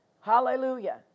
Hallelujah